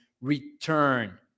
return